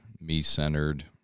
me-centered